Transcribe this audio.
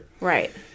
Right